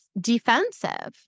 defensive